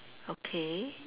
okay